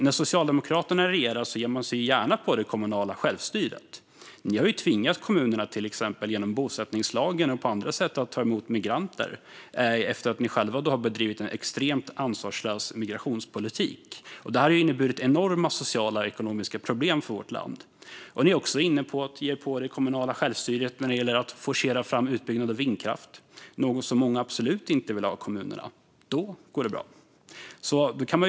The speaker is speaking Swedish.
När Socialdemokraterna regerar ger man sig gärna på det kommunala självstyret. Ni har ju tvingat kommunerna att ta emot migranter, till exempel genom bosättningslagen och på andra sätt, efter att ni själva bedrivit en extremt ansvarslös migrationspolitik. Detta har inneburit enorma sociala och ekonomiska problem för vårt land. Ni är också inne på att ge er på det kommunala självstyret för att forcera fram utbyggnad av vindkraft, något som många absolut inte vill ha i kommunerna. Då går det bra att göra så.